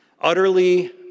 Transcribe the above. Utterly